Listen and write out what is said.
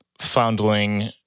foundling